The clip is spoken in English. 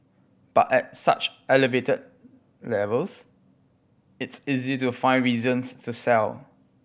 but at such elevated levels it's easy to find reasons to sell